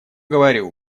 говорю